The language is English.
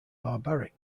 barbaric